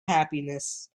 happiness